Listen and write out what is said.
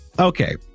Okay